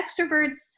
extroverts